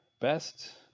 Best